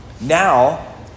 Now